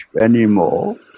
anymore